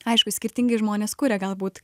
aišku skirtingai žmonės kuria galbūt